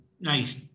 nice